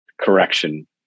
correction